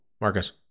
Marcus